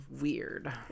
weird